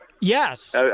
Yes